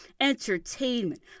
entertainment